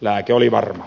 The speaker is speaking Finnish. lääke oli varma